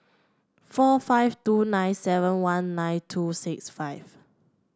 four five two nine seven one nine two six five